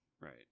Right